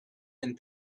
and